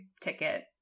ticket